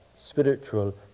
spiritual